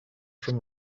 from